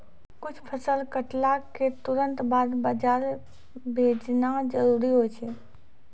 कुछ फसल कटला क तुरंत बाद बाजार भेजना जरूरी होय छै